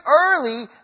early